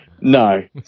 No